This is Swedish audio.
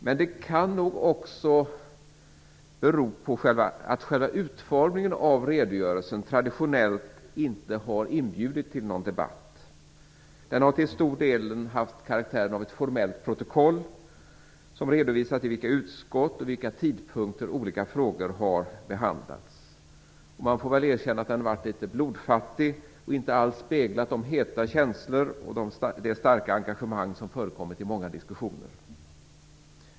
Men det kan också bero på att själva utformningen av redogörelsen traditionellt inte har inbjudit till någon debatt. Den har till stor del haft karaktären av ett formellt protokoll, som redovisat i vilka utskott och vid vilka tidpunkter olika frågor har behandlats. Man får erkänna att den har varit litet blodfattig och inte alls speglat de heta känslor och det starka engagemang som förekommit i många diskussioner.